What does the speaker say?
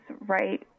right